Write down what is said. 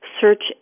search